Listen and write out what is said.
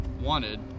wanted